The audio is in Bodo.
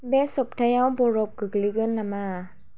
बे सबथायाव बरफ गोग्लैगोन नामा